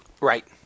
Right